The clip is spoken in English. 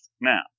Now